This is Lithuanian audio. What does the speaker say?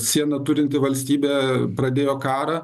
sieną turinti valstybė pradėjo karą